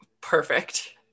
Perfect